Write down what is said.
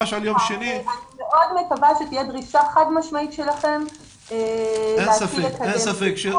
אני מאוד מקווה שתהיה דרישה חד משמעית שלכם להתחיל לקדם את זה.